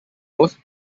most